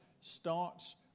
starts